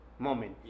Moment